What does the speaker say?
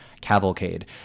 Cavalcade